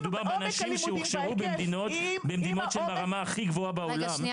מדובר באנשים שהוכשרו במדינות שהן ברמה הכי גבוהה בעולם מבחינה רפואית.